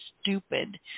stupid